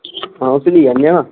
हां उसी ली आन्ने आं